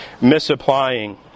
misapplying